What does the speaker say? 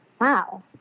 wow